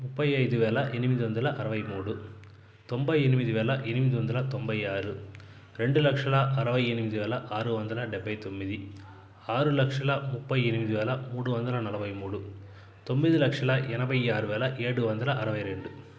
ముప్పై అయిదు వేల ఎనిమిది వందల అరవై మూడు తొంభై ఎనిమిది వేల ఎనిమిది వందల తొంభై ఆరు రెండు లక్షల అరవై ఎనిమిది వేల ఆరు వందల డబ్భై తొమ్మిది ఆరు లక్షల ముప్పై ఎనిమిది వేల మూడు వందల నలభై మూడు తొమ్మిది లక్షల ఎనభై ఆరు వేల ఏడు వందల అరవై రెండు